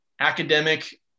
Academic